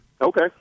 Okay